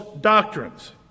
doctrines